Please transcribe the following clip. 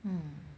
hmm